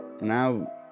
now